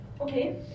Okay